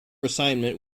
assignment